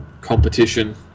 competition